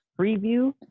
preview